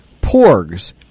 Porgs